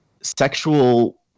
sexual